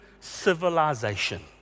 civilization